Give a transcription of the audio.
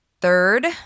third